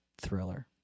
thriller